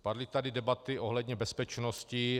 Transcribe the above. Padly tady debaty ohledně bezpečnosti.